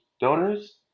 donors